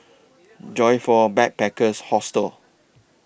Joyfor Backpackers' Hostel